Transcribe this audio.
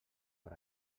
per